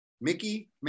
Mickey